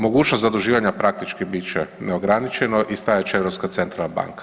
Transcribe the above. Mogućnost zaduživanja praktički bit će neograničeno i stajat će Europska centralna banka.